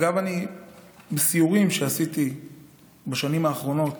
אגב, בסיורים שעשיתי בשנים האחרונות